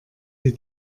sie